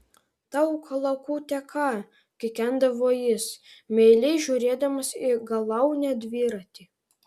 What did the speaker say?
tau kalakute ką kikendavo jis meiliai žiūrėdamas į galaunę dviratį